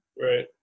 Right